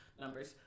numbers